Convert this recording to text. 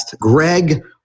Greg